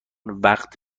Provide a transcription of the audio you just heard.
وقت